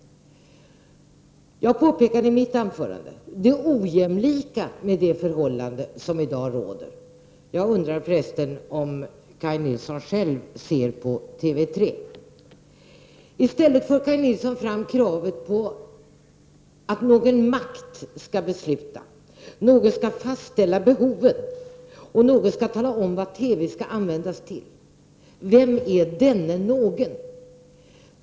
Jag pekade i mitt anförande på det ojämlika i de förhållanden som i dag råder. Jag undrar förresten om Kaj Nilsson själv ser på TV 3. Kaj Nilsson för fram kravet på att någon makt skall besluta, någon skall fastställa behovet och någon skall tala om vad TV skall användas till. Vem är denne någon?